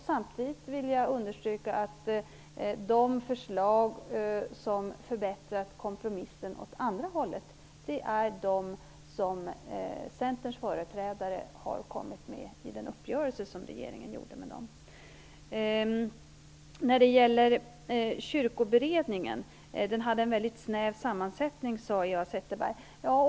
Samtidigt vill jag understryka att de förslag som förbättrat kompromissen åt andra hållet är de som Centerns företrädare har kommit med i den uppgörelse som regeringen gjorde med dem. Eva Zetterberg sade att Kyrkoberedningen hade en väldigt snäv sammansättning.